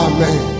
Amen